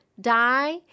die—